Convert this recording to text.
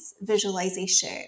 visualization